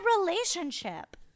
relationship